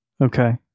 okay